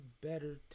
better